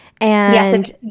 Yes